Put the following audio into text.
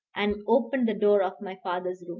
and opened the door of my father's